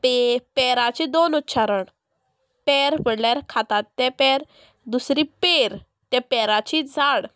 pay पेराचें दोन उच्चारण पेर म्हळ्यार खातात ते पेर दुसरी पेर त्या पेराची झाड